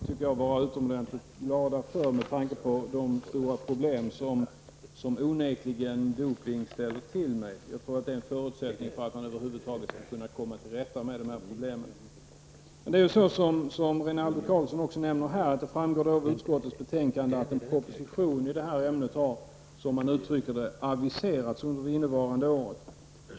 Herr talman! Jag tror att vi är överens i frågan, och det tycker jag vi skall vara utomordentligt glada för med tanke på de stora problem som dopning onekligen ställer till med. Det är en förutsättning för att vi över huvud taget skall komma till rätta med problemen. Som Rinaldo Karlsson nämner framgår det av utskottsbetänkandet att en proposition i ämnet har, som man uttrycker det, aviserats under det innevarande året.